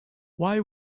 why